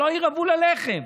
שלא ירעבו ללחם.